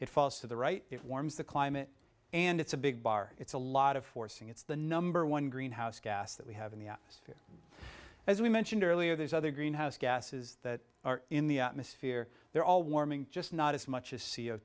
it falls to the right it warms the climate and it's a big it's a lot of forcing it's the number one greenhouse gas that we have in the atmosphere as we mentioned earlier there's other greenhouse gases that are in the atmosphere they're all warming just not as much as c o